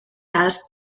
has